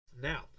Now